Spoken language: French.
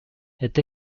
est